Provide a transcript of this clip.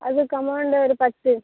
அதுக்கு அமௌண்டு ஒரு பத்து